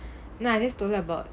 no I just told her about